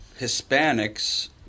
Hispanics